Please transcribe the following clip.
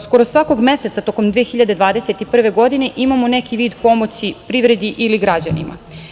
Skoro svakog meseca tokom 2021. godine imamo neki vid pomoći privredi ili građanima.